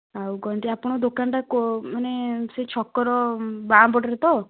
ଆଉ କ'ଣଟା ଆପଣ ଦୋକାନଟା ମାନେ ସେଇ ଛକର ବାଆଁ ପଟରେ ତ